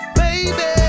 baby